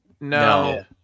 No